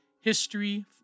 history